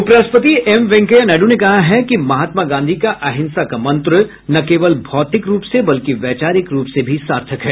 उपराष्ट्रपति एम वेंकैया नायडु ने कहा है कि महात्मा गांधी का अहिंसा का मंत्र न केवल भौतिक रूप से बल्कि वैचारिक रूप से भी सार्थक है